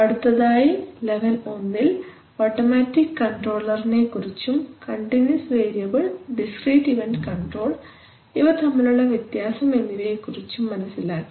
അടുത്തതായി ലെവൽ 1 ഇൽ ഓട്ടോമാറ്റിക് കൺട്രോൾനെകുറിച്ചും continuous variable discrete event control ഇവ തമ്മിലുള്ള വ്യത്യാസം എന്നിവയെക്കുറിച്ചും മനസ്സിലാക്കി